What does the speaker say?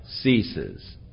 ceases